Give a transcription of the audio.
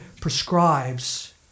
prescribes